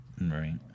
Right